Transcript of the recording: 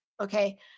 Okay